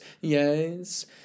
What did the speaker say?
yes